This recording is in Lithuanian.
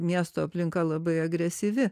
miesto aplinka labai agresyvi